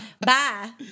bye